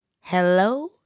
Hello